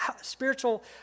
spiritual